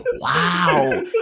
Wow